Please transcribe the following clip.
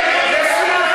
זה מה שאתה.